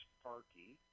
Sparky